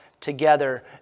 together